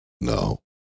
no